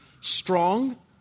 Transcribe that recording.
strong